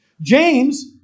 James